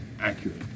accurate